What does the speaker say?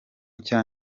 nshya